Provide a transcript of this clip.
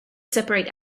separate